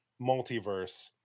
multiverse